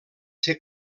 ser